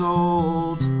old